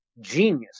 genius